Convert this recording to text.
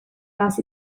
last